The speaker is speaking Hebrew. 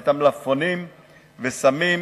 ואת המלפפונים ושמים,